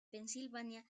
pensilvania